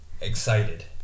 excited